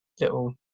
little